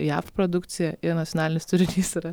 jav produkcija jų nacionalinis turinys yra